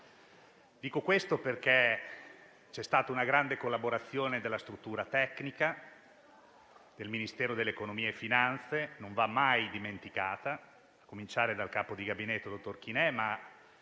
C'è stata infatti una grande collaborazione della struttura tecnica del Ministero dell'economia e delle finanze, che non va mai dimenticata, a cominciare dal capo di Gabinetto, dottor Chiné, ma